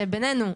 שבינינו,